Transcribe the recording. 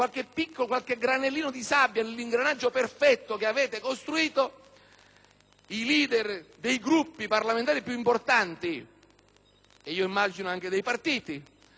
i *leader* dei Gruppi parlamentari più importanti (e immagino anche dei partiti) sono intervenuti con una durezza senza precedenti, pretendendo